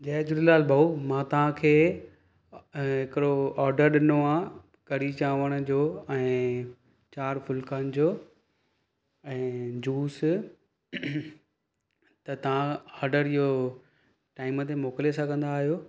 जय झूलेलाल भाऊ मां तव्हांखे ऐं हिकिड़ो ऑर्डर ॾिनो आहे कढ़ी चांवर जो ऐं चारि फुल्कानि जो ऐं जूस त तव्हां ऑर्डर इहो टाइम ते मोकिले सघंदा आहियो